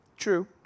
True